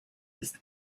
ist